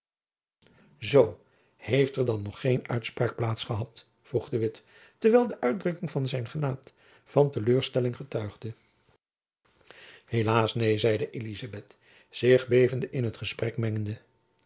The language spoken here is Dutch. zoo heeft er dan nog geen uitspraak plaats gehad vroeg de witt terwijl de uitdrukking van zijn gelaat van te leur stelling getuigde helaas neen zeide elizabeth zich bevende in het gesprek mengende